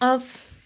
off